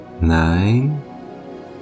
Nine